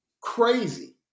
crazy